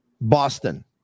Boston